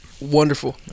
wonderful